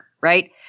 right